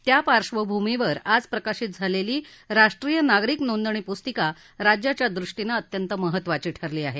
त्या पार्श्वभूमीवर आज प्रकाशित झालेली राष्ट्रीय नागरिक नोंदणी पुस्तिका राज्याच्यादृष्टीनं अत्यंत महत्वाची ठरली आहे